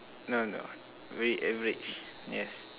no no we average yes